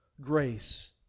grace